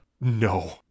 No